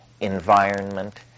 environment